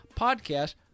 podcast